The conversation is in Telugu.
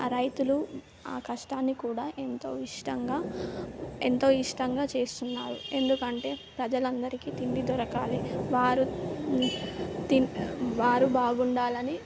ఆ రైతులు ఆ కష్టాన్ని కూడా ఎంతో ఇష్టంగా ఎంతో ఇష్టంగా చేస్తున్నారు ఎందుకంటే ప్రజలందరికీ తిండి దొరకాలి వారు తిం వారు బాగుండాలని